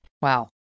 Wow